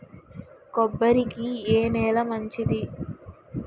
కొబ్బరి కి ఏ నేల మంచిది?